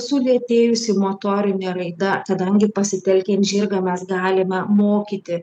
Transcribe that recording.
sulėtėjusi motorinė raida kadangi pasitelkiant žirgą mes galime mokyti